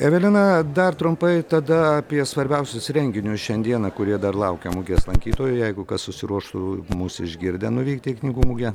evelina dar trumpai tada apie svarbiausius renginius šiandieną kurie dar laukia mugės lankytojų jeigu kas susiruoštų mus išgirdę nuvykti į knygų mugę